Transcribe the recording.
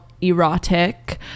Erotic